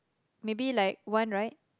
maybe like one ride